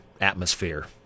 atmosphere